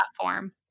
platform